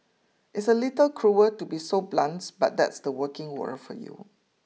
it's a little cruel to be so blunt but that's the working world for you